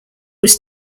was